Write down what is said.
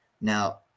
Now